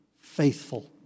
faithful